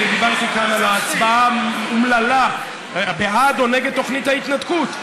דיברתי כאן על ההצבעה האומללה בעד או נגד תוכנית ההתנתקות,